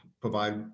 provide